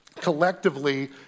Collectively